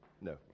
No